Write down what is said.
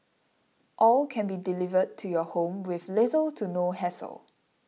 all can be delivered to your home with little to no hassle